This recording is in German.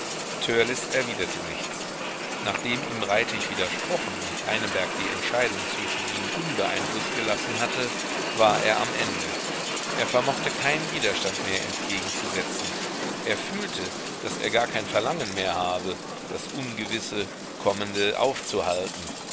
erwiderte nichts nachdem ihm reiting widersprochen und beineberg die entscheidung zwischen ihnen unbeeinflußt gelassen hatte war er am ende er vermochte keinen widerstand mehr entgegenzusetzen er fühlte daß er gar kein verlangen mehr habe das ungewisse kommende aufzuhalten